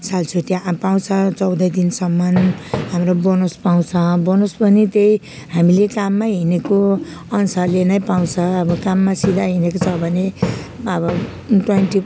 सालछुट्टी अब पाउँछ चौध दिनसम्म हाम्रो बोनस पाउँछ बोनस पनि त्यही हामीले काममै हिँडेको अनुसारले नै पाउँछ अब काममा सिधा हिँडेको छ भने अब ट्वेन्टी